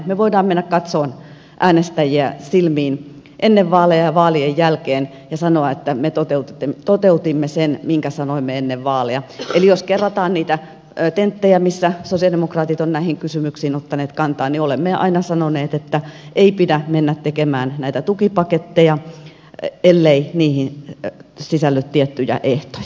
me voimme mennä katsomaan äänestäjiä silmiin ennen vaaleja ja vaalien jälkeen ja sanoa että me toteutimme sen minkä sanoimme ennen vaaleja eli jos kerrataan niitä tenttejä missä sosialidemokraatit ovat näihin kysymyksiin ottaneet kantaa niin olemme aina sanoneet että ei pidä mennä tekemään näitä tukipaketteja ellei niihin sisälly tiettyjä ehtoja